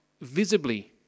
visibly